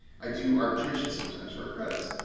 i do arbitration sometimes for our credits.